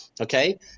okay